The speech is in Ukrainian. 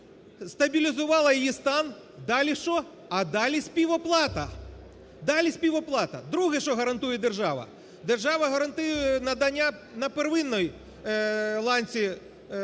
стабілізувала її стан, далі що? А далі співоплата. Далі співоплата. Друге, що гарантує держава? Держава гарантує надання на первинній ланці медичної